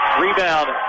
Rebound